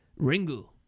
Ringu